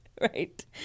right